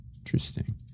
Interesting